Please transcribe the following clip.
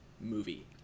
movie